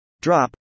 drop